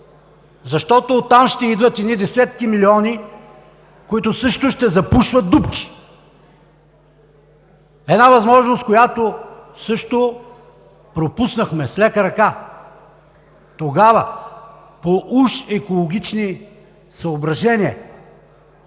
защото оттам ще идват десетки милиони, които също ще запушват дупки - една възможност, която също пропуснахме с лека ръка тогава, по уж екологични съображения.